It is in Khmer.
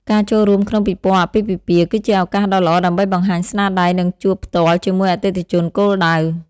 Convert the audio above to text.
ការចូលរួមក្នុងពិព័រណ៍អាពាហ៍ពិពាហ៍ គឺជាឱកាសដ៏ល្អដើម្បីបង្ហាញស្នាដៃ និងជួបផ្ទាល់ជាមួយអតិថិជនគោលដៅ។